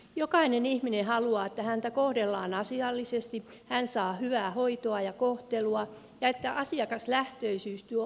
jokainen ihminen haluaa että häntä kohdellaan asiallisesti että hän saa hyvää hoitoa ja kohtelua ja että asiakaslähtöisyys tuo molemminpuolista luottamusta